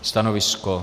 Stanovisko?